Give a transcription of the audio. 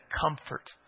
comfort